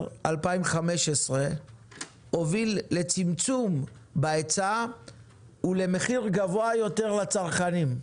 2015 הוביל לצמצום בהיצע ולמחיר גבוה יותר עבור הצרכנים.